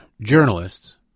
journalists